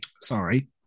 Sorry